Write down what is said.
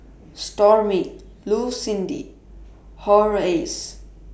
Stormy Lucindy Horace